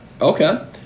Okay